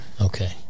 Okay